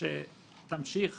שתמשיך